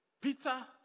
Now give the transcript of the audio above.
Peter